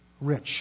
rich